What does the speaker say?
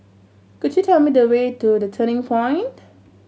could you tell me the way to The Turning Point